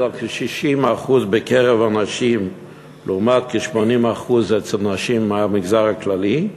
על כ-60% בקרב הנשים לעומת כ-80% אצל נשים מהמגזר הכללי,